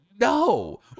No